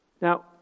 Now